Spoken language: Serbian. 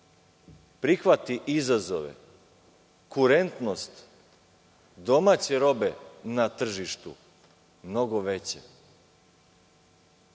prihvati izazove kurentnost domaće robe na tržištu mnogo veća.